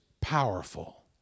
powerful